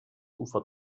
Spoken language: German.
ufer